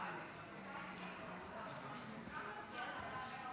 לרשותך שלוש